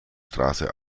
straße